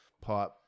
Pipe